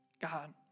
God